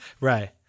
right